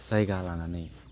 जायगा लानानै